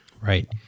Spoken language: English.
Right